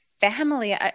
family